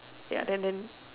ya then then